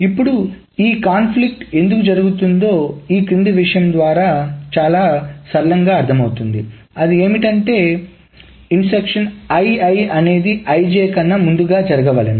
ఇప్పుడు ఈ కాన్ఫ్లిక్ట్ ఎందుకు జరుగుతుందో కింది విషయం ద్వారా చాలా సరళంగా అర్థమవు తుంది అది ఏమిటంటే అనేది కన్నా ముందుగా జరుగవలెను